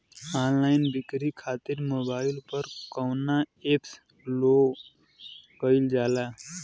Online बिक्री खातिर mobile पर कवना एप्स लोन कईल जाला?